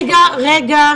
רגע.